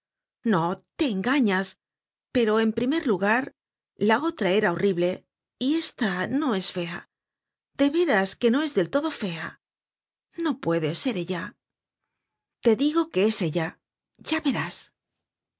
no te engañas pero en primer lugar la otra era horrible y esta no es fea de veras que no es del todo fea no puede ser ella content from google book search generated at te digo que es ella ya verás